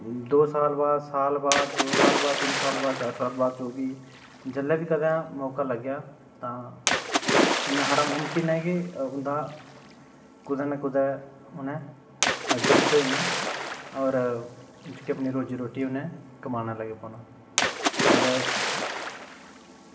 दो साल बाद साल बाद दो साल बाद तिन साल बाद चार साल बाद जो बी जेल्लै बी कदें मौका लग्गेआ तां इन्ना हारा मुमकिन ऐ कि कुदै ना कुदै उनें एडजस्ट होई जाना होर जेह्की रोज़ी रोटी उनें कमाना लग्गी पौना होर